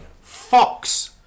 Fox